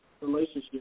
relationship